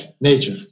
nature